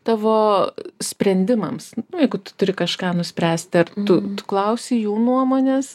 tavo sprendimams nu jeigu tu turi kažką nuspręsti ar tu klausi jų nuomonės